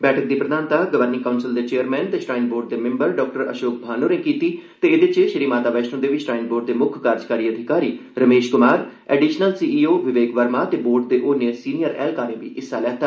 बैठक दी प्रधानता गर्वनिंग काउंसल दे चेयरमैन ते श्राईन बोर्ड दे मैम्बर डाक्टर अशोक भान होरे कीती ते एह्दे च श्री माता वैश्णो देवी श्राईन बोर्ड दे मुक्ख कार्यकारी अधिकारी Ramesh Kumar additional C E O Vivek Verma ते बोर्ड दे होरने सीनियर ऐहलकारें हिस्सा लैता